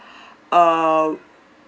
err